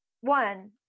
one